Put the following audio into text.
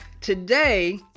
Today